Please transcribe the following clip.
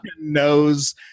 knows